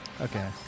Okay